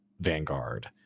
vanguard